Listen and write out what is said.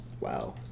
Wow